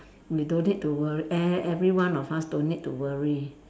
we don't need to wor~ e~ everyone of us don't need to worry